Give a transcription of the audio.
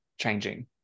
changing